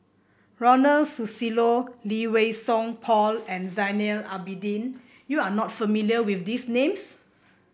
Ronald Susilo Lee Wei Song Paul and Zainal Abidin you are not familiar with these names